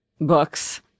books